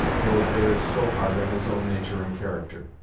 though it bears so hard on his own natur' and character.